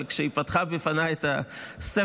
אבל כשהיא פתחה בפניי את הספר,